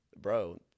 bro